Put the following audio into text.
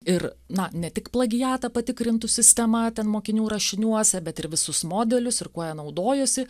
ir na ne tik plagiatą patikrintų sistema ten mokinių rašiniuose bet ir visus modelius ir kuo jie naudojosi